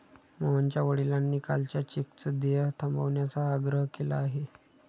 मोहनच्या वडिलांनी कालच्या चेकचं देय थांबवण्याचा आग्रह केला आहे